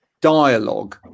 dialogue